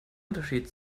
unterschied